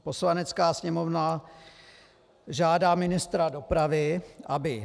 Poslanecká sněmovna žádá ministra dopravy, aby